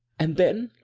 and then?